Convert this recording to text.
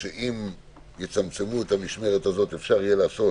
שאם יצמצמו את המשמרת הזאת אפשר יהיה לעשות